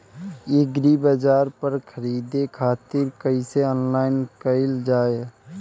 एग्रीबाजार पर खरीदे खातिर कइसे ऑनलाइन कइल जाए?